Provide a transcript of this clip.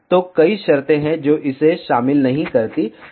तो कई शर्तें हैं जो इसे शामिल नहीं करती हैं